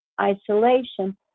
isolation